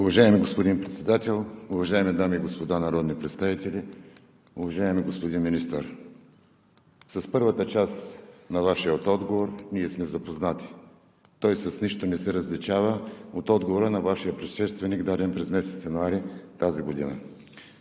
Уважаеми господин Председател, уважаеми дами и господа народни представители! Уважаеми господин Министър, с първата част на Вашия отговор ние сме запознати. Той с нищо не се различава от отговора на Вашия предшественик, даден през месец януари тази година.